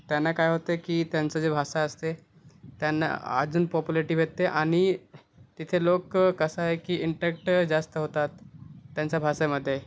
त्यांना काय होते की त्यांचा जे भाषा असते त्यांना अजून पॉप्युलेटी भेटते आणि तिथे लोकं कसा आहे की इंटॅक्ट जास्त होतात त्यांच्या भाषेमध्ये